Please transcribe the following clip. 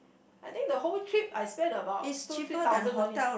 I think the whole trip I spent about two three thousand only